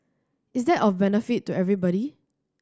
is that of benefit to everybody